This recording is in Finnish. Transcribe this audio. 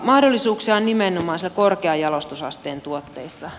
mahdollisuuksia on nimenomaan korkean jalostusasteen tuotteissa